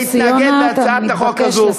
להתנגד להצעת החוק הזו.